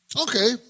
okay